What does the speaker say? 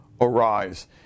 arise